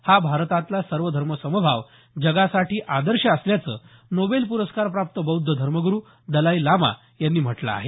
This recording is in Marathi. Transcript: हा भारतातला सर्वधर्म समभाव जगासाठी आदर्श असल्याचं नोबेल प्रस्कार प्राप्त बौद्ध धर्मग्रू दलाई लामा यांनी म्हटलं आहे